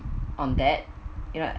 on that you know